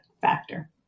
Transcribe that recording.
factor